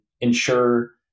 ensure